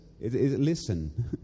listen